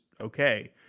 okay